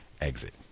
exit